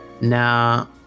Now